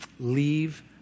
leave